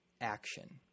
action